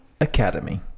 Academy